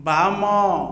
ବାମ